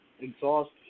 exhaust